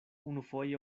unufoje